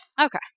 Okay